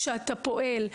כשאתה פועל,